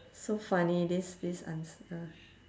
so funny this this answer